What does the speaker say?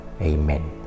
Amen